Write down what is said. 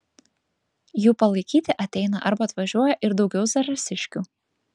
jų palaikyti ateina arba atvažiuoja ir daugiau zarasiškių